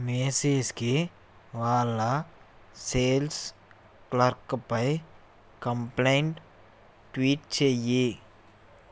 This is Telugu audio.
మేసీస్కి వాళ్ళ సేల్స్ క్లర్క్పై కంప్లైంట్ ట్వీట్ చెయ్యి